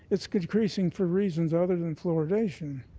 it's decreasing for reasons other than fluoridation.